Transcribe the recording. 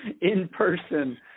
in-person